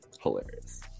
hilarious